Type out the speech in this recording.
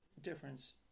difference